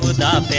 ah da